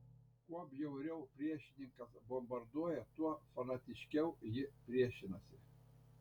kuo bjauriau priešininkas bombarduoja tuo fanatiškiau ji priešinasi